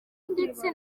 ndetse